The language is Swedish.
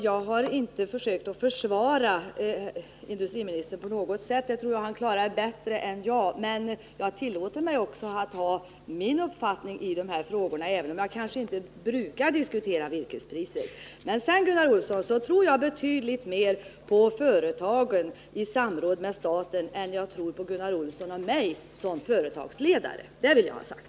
Jag har inte försökt försvara industriministern på något sätt — det tror jag han klarar bättre själv — men jag tillåter mig att ha min uppfattning i de här frågorna, även om jag kanske inte brukar diskutera virkespriser. Men, Gunnar Olsson, jag tror betydligt mer på företagen i samråd med staten än jag tror på Gunnar Olsson och mig som företagsledare. Det vill jag ha sagt.